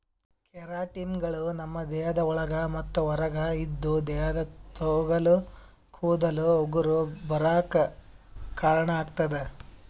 ಕೆರಾಟಿನ್ಗಳು ನಮ್ಮ್ ದೇಹದ ಒಳಗ ಮತ್ತ್ ಹೊರಗ ಇದ್ದು ದೇಹದ ತೊಗಲ ಕೂದಲ ಉಗುರ ಬರಾಕ್ ಕಾರಣಾಗತದ